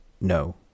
no